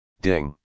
Ding